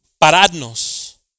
pararnos